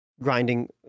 grinding